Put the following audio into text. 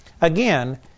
Again